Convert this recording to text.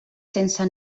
sense